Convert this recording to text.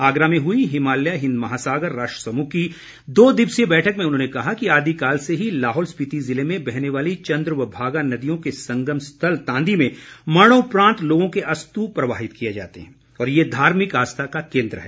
आगरा में हुई हिमालय हिंद महासागर राष्ट्र समूह की दो दिवसीय बैठक में उन्होंने कहा कि आदि काल से ही लाहौल स्पीति ज़िले में बहने वाली चंद्र व भागा नदियों के संगम स्थल तांदी में मरणोपरांत लोगों के अस्तु प्रवाहित किए जाते हैं और ये धार्मिक आस्था का केन्द्र है